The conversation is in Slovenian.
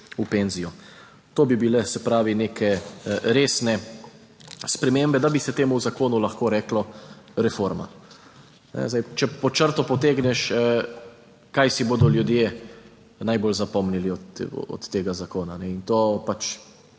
v penzijo. To bi bile, se pravi neke resne spremembe, da bi se temu zakonu lahko rekla reforma. Zdaj, če pod črto potegneš kaj si bodo ljudje najbolj zapomnili od tega zakona? In to pač